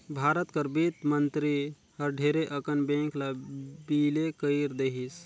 भारत कर बित्त मंतरी हर ढेरे अकन बेंक ल बिले कइर देहिस